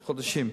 חודשים.